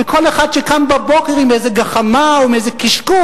וכל אחד שקם בבוקר עם איזו גחמה או עם איזה קשקוש,